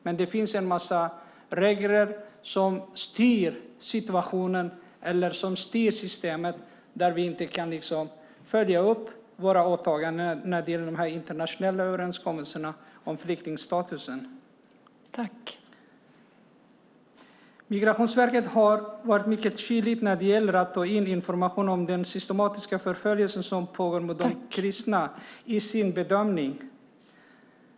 Men det finns en massa regler som styr situationen eller som styr systemet där vi inte kan följa upp våra åtaganden i fråga om internationella överenskommelser om flyktingstatus. Migrationsverket har varit mycket kyligt när det gäller att ta in information om den systematiska förföljelse som pågår mot de kristna i sin bedömning.